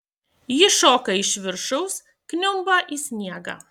ji šoka iš viršaus kniumba į sniegą